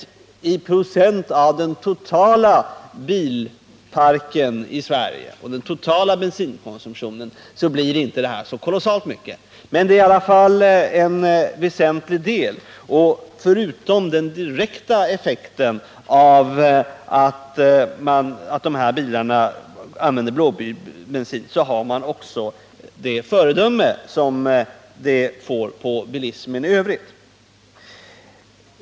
I procent av den totala bensinkonsumtionen blir det här naturligtvis inte så kolossalt mycket. Men det är i alla fall en väsentlig del, och förutom den direkta effekten av användningen av lågblybensin har vi också det föredöme som detta utgör för bilismen i övrigt.